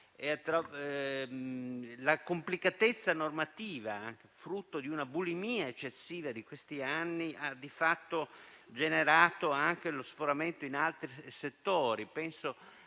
la complessità normativa, frutto della bulimia eccessiva di questi anni, ha di fatto generato anche lo sforamento in altri settori.